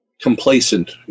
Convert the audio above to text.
complacent